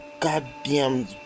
goddamn